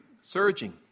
surging